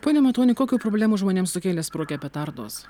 pone matoni kokių problemų žmonėms sukėlė sprogę petardos